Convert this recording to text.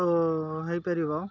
ତ ହେଇପାରିବ